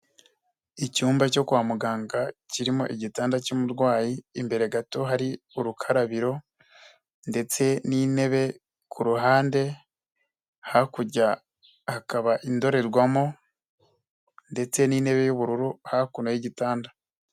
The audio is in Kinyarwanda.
Icyumba cyo kwa muganga kirimo igitanda cy'umurwayi, imbere gato hari urukarabiro ndetse n'intebe kuruhande, hakurya hakaba indorerwamo ndetse n'intebe y'ubururu hakuno y'igitanda.